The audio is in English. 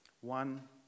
One